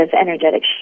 energetic